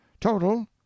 Total